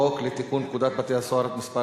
חוק לתיקון פקודת בתי-הסוהר (מס'